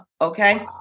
Okay